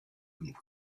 him